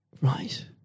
Right